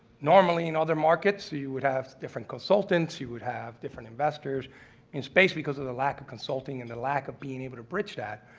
normally in other markets you you would have different consultants, you would have different investors in space, because of the lack of consulting and the lack of being able to bridge that,